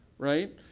right?